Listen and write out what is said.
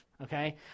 okay